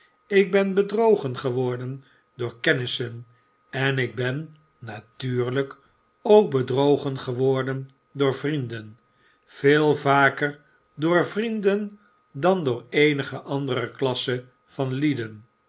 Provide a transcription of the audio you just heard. ik ben bedrogen geworden door kennissen en ik ben natuurlyk ook bedrogen geworden door vrienden veel vaker door vrienden dan door eenige andere klasse van lieden